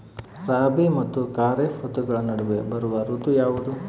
ರಾಬಿ ಮತ್ತು ಖಾರೇಫ್ ಋತುಗಳ ನಡುವೆ ಬರುವ ಋತು ಯಾವುದು?